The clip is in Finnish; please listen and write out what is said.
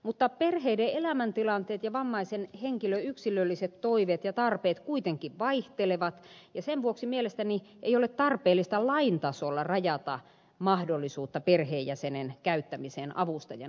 mutta perheiden elämäntilanteet ja vammaisen henkilön yksilölliset toiveet ja tarpeet kuitenkin vaihtelevat ja sen vuoksi mielestäni ei ole tarpeellista lain tasolla rajata mahdollisuutta perheenjäsenen käyttämiseen avustajana